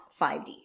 5D